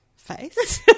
face